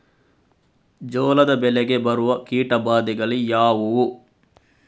ಜೋಳದ ಬೆಳೆಗೆ ಬರುವ ಕೀಟಬಾಧೆಗಳು ಯಾವುವು?